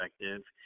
perspective